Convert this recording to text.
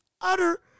utter